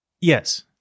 yes